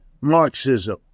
Marxism